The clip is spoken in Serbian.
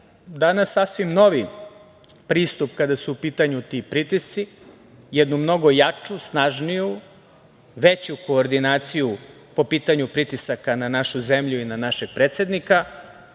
danas sasvim novi pristup kada su u pitanju ti pritisci, jednu mnogo jaču, snažniju, veću koordinaciju po pitanju pritisaka na našu zemlju i na našeg predsednika,